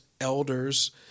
elders